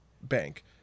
bank